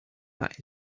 that